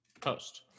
Post